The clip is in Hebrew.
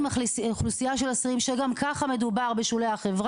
<< יור >> פנינה תמנו (יו"ר הוועדה לקידום מעמד האישה ולשוויון מגדרי):